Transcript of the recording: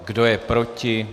Kdo je proti?